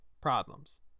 problems